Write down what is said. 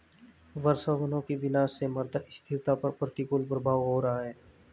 वर्षावनों के विनाश से मृदा स्थिरता पर प्रतिकूल प्रभाव हो रहा है